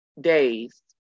days